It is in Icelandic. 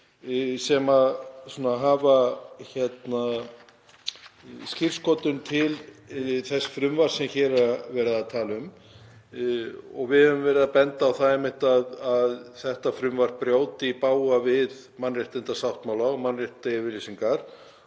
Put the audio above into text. sem hafa skírskotun til þess frumvarps sem hér er verið að tala um. Við höfum verið að benda á að þetta frumvarp brjóti í bága við mannréttindasáttmála og mannréttindayfirlýsingar